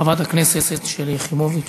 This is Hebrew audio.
חברת הכנסת שלי יחימוביץ,